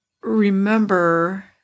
Remember